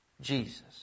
Jesus